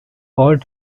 called